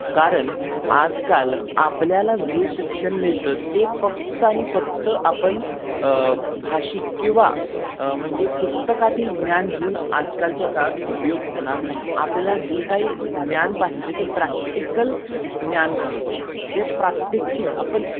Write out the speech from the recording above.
कारण आजकाल आपल्याला जे शिक्षण मिळतं ते फक्त आणि फक्त आपण भाषिक किंवा म्हणजे पुस्तकातील ज्ञान घेऊन आजकालच्या काळात उपयोग होणार नाही आपल्याला जे काही ज्ञान पाहिजे ते प्रॅक्टिकल ज्ञान पाहिजे ते प्रात्यक्षिक आपण